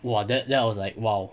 !wah! that that was like !wow!